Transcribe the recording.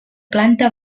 planta